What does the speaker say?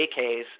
AKs